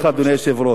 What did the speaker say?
אדוני היושב-ראש,